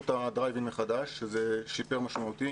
את הדרייב-אין מחדש וזה שיפר משמעותית,